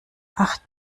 acht